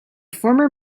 former